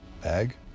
bag